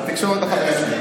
התקשורת החברים שלי?